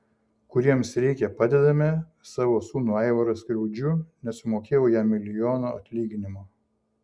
kuriems reikia padedame savo sūnų aivarą skriaudžiu nesumokėjau jam milijono atlyginimo